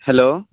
hello